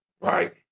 Right